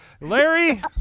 Larry